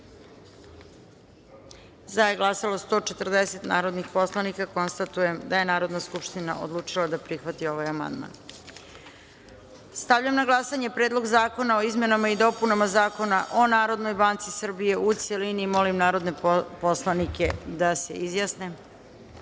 za je glasalo 140 narodnih poslanika. Konstatujem da je Narodna skupština odlučila da prihvati ovaj amandman. Stavljam na glasanje Predlog zakona o izmenama i dopunama Zakona o Narodnoj banci Srbije, u celini. Molim narodne poslanike da se